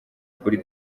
kuri